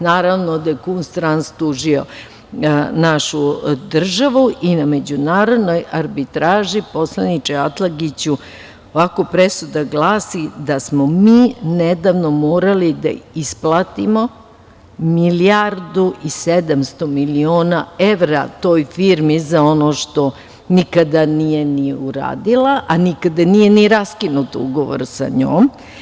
Naravno da je „Kunsttrans“ tužio našu državu i na međunarodnoj arbitraži, poslaniče Atlagiću, ovako presuda glasi, da smo mi nedavno morali da isplatimo milijardu i 700 miliona evra toj firmi za ono što nikada nije ni uradila, a nikada nije ni raskinut ugovor sa njom.